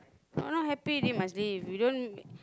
no not happy already must leave you don't